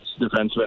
defenseman